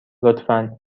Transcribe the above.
لطفا